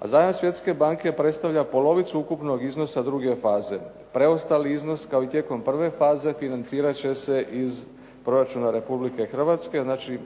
a zajam Svjetske banke predstavlja polovicu ukupnog iznosa druge faze. Preostali iznos kao i tijekom prve faze, financira će se iz proračuna Republike Hrvatske, znači